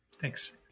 Thanks